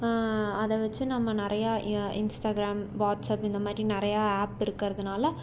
அதை வச்சு நம்ம நிறையா இன்ஸ்டாகிராம் வாட்ஸ்ஆஃப் இந்த மாதிரி நிறையா ஆப் இருக்கிறதுனால